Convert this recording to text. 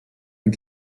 and